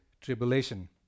tribulation